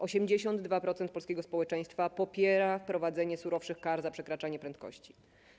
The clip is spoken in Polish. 82% polskiego społeczeństwa popiera wprowadzenie surowszych kar za przekraczanie prędkości.